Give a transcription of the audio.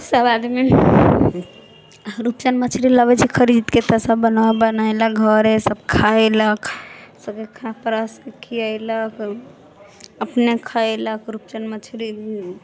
सब आदमी रूपचन्द मछली लबै छै खरीदके तऽ सब बनेलक घरे सब खैलक सबके परसके खियलक अपने खयलक रूपचन्द मछली